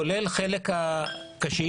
כולל החלק של הקשיש,